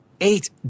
eight